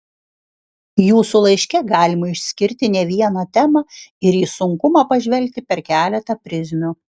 jūsų laiške galima išskirti ne vieną temą ir į sunkumą pažvelgti per keletą prizmių